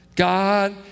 God